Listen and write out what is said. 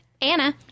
Anna